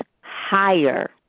higher